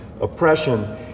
oppression